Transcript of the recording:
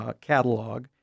catalog